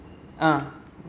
ah